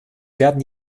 werden